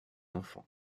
enfant